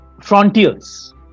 frontiers